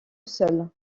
seul